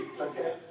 okay